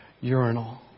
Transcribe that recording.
urinal